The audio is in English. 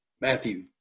Matthew